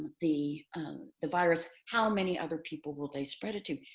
the the virus, how many other people will they spread it to?